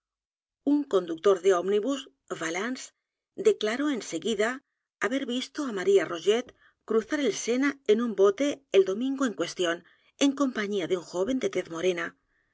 un conductor de ómnibus valence declaró en seguida haber visto á maría rogét cruzar el misterio de maría rogét el sena en un bote el domingo en cuestión en compañía de un joven de tez morena